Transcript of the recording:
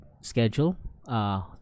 schedule